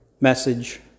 message